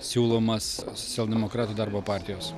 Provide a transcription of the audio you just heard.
siūlomas socialdemokratų darbo partijos